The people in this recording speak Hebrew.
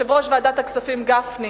יושב-ראש ועדת הכספים גפני,